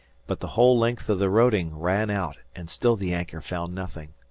but the whole length of the roding ran out, and still the anchor found nothing,